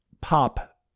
pop